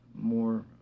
more